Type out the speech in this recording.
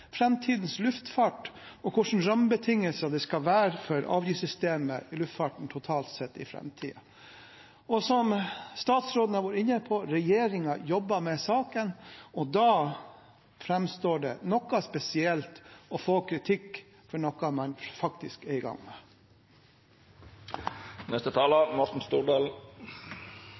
framtidens luftfart og hva slags rammebetingelser det skal være for avgiftssystemet i luftfarten totalt sett i framtiden. Som statsråden har vært inne på, regjeringen jobber med saken, og da framstår det noe spesielt å få kritikk for noe man faktisk er i gang